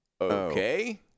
okay